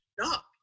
stop